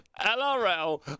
LRL